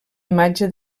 imatge